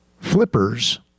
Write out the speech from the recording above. flippers